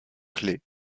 clés